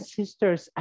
sisters